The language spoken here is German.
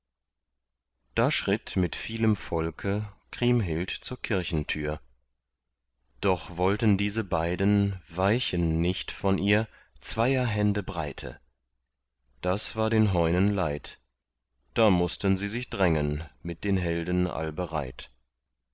da schritt mit vielem volke kriemhild zur kirchentür doch wollten diese beiden weichen nicht von ihr zweier hände breite das war den heunen leid da mußten sie sich drängen mit den helden allbereit